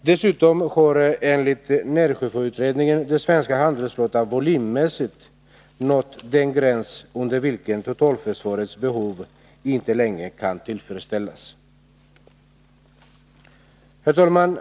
Dessutom har, enligt närsjöfartsutredningen, den svenska handelsflottan volymmässigt nått den gräns under vilken totalförsvarets behov inte längre kan tillfredsställas. Herr talman!